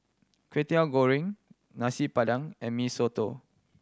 Kwetiau Goreng Nasi Padang and Mee Soto